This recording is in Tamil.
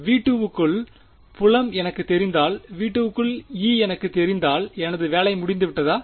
V2 க்குள் புலம் எனக்குத் தெரிந்தால் V2 க்குள் E எனக்குத் தெரிந்தால் எனது வேலை முடிந்துவிட்டதா